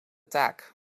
taak